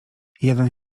jeden